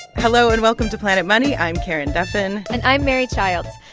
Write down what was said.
hello, and welcome to planet money. i'm karen duffin and i'm mary childs.